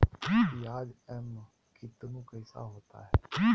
प्याज एम कितनु कैसा होता है?